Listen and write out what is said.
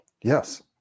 Yes